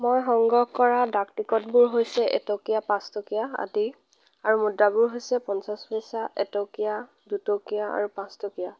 মই সংগ্ৰহ কৰা ডাক টিকটবোৰ হৈছে এটকীয়া পাঁচটকীয়া আদি আৰু মুদ্ৰাবোৰ হৈছে পঞ্চাছ পইচা এটকীয়া দুটকীয়া আৰু পাঁচটকীয়া